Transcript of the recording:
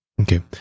Okay